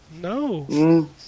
No